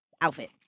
outfit